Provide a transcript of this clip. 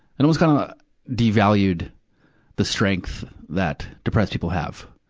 it almost kind of ah devalued the strength that depressed people have.